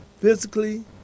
physically